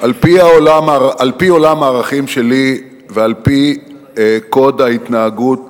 על-פי עולם הערכים שלי ועל-פי קוד ההתנהגות